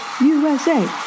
USA